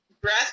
breath